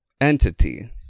entity